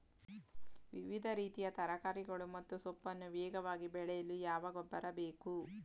ವಿವಿಧ ರೀತಿಯ ತರಕಾರಿಗಳು ಮತ್ತು ಸೊಪ್ಪನ್ನು ವೇಗವಾಗಿ ಬೆಳೆಯಲು ಯಾವ ಗೊಬ್ಬರ ಬೇಕು?